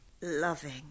Loving